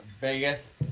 Vegas